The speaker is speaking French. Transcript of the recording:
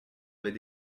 avait